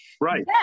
Right